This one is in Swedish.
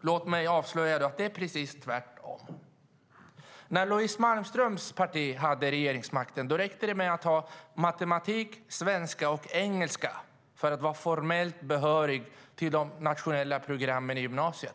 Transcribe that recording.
Låt mig då avslöja att det är precis tvärtom. När Louise Malmströms parti hade regeringsmakten räckte det att ha matematik, svenska och engelska för att vara formellt behörig till de nationella programmen i gymnasiet.